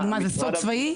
זה סוד צבאי?